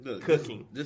cooking